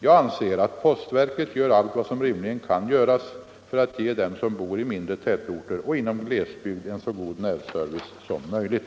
Jag anser att postverket gör allt vad som rimligen kan göras för att ge dem som bor i mindre tätorter och inom glesbygd en så god närservice som möjligt.